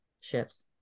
shifts